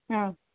ஆ